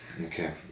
Okay